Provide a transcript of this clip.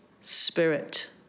spirit